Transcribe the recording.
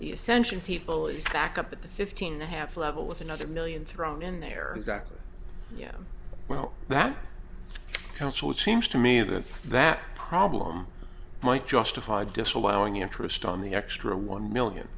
the ascension people is back up at the fifteen a half level with another million thrown in there yeah well that council it seems to me that that problem might justify disallowing interest on the extra one million